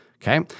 Okay